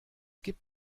gibt